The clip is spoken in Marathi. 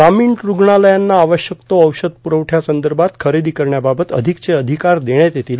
ग्रामीण रूग्णालयांना आवश्यक तो औषध पुरवठ्यासंदर्भात खरेदी करण्याबाबत अधिकचे अधिकार देण्यात येतील